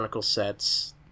sets